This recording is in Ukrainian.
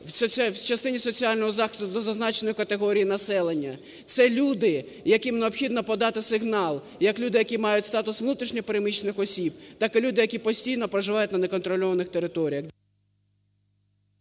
в частині соціального захисту до зазначених категорій населення. Це люди, яким необхідно подати сигнал, як люди, які мають статус внутрішньо переміщених осіб, так і люди, які постійно проживають на неконтрольованих територіях.